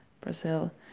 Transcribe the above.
Brazil